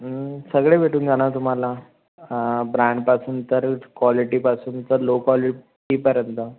सगळे भेटून जाणार तुम्हाला ब्रँडपासून तर क्वालिटीपासून तर लो क्वालिटीपर्यंत